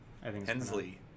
Hensley